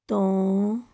ਤੋਂ